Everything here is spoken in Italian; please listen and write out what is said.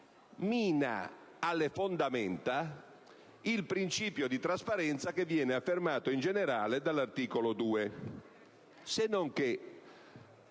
mina alle fondamenta il principio di trasparenza che viene affermato in generale dall'articolo 2.